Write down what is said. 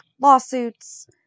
lawsuits